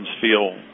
feel